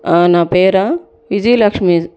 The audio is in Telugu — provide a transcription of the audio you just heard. నా పేరా విజయలక్ష్మీ